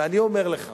ואני אומר לך